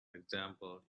example